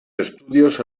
estudios